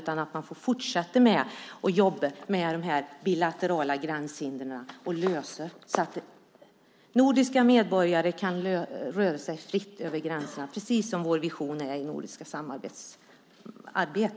Man ska kunna fortsätta med att jobba med de bilaterala gränshindren och lösa dem så att nordiska medborgare kan röra sig fritt över gränserna - precis som vår vision är i det nordiska samarbetet.